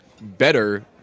better